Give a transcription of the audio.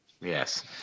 yes